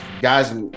Guys